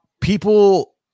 people